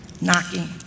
knocking